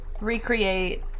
recreate